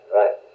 right